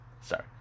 Sorry